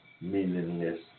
meaningless